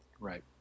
Right